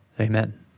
amen